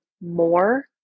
more